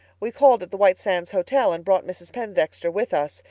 we called at the white sands hotel and brought mrs. pendexter with us.